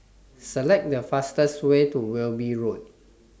Select The fastest Way to Wilby Road